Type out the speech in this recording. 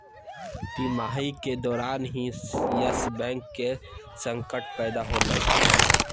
तिमाही के दौरान ही यस बैंक के संकट पैदा होलय